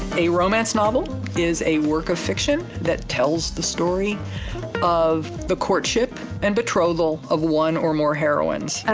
a romance novel is a work of fiction that tells the story of the courtship and betrothal of one or more heroines.